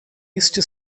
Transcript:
east